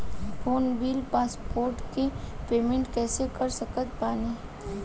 Phone bill postpaid के payment कैसे कर सकत बानी?